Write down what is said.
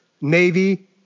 Navy